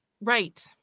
Right